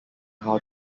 how